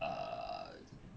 uh